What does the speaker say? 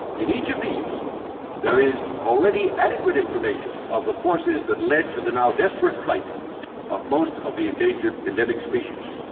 in each of these there is already adequate information of the forces that led to the now desperate plight of most of the endangered endemic species.